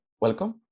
Welcome